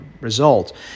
result